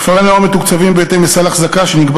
1. כפרי-הנוער מתוקצבים בהתאם לסל אחזקה שנקבע